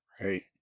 Right